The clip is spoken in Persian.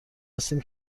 هستیم